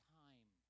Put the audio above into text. time